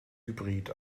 hybrid